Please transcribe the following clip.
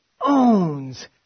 owns